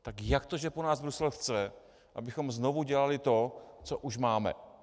Tak jak to, že po nás Brusel chce, abychom znovu dělali to, co už máme?